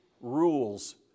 rules